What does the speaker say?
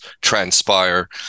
transpire